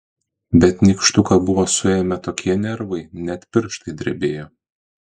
bet nykštuką buvo suėmę tokie nervai net pirštai drebėjo